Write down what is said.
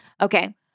Okay